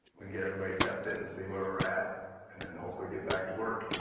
and get a great test and and see where we're at and and hopefully get back to work.